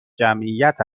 جمعیت